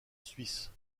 suisse